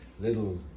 little